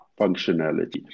functionality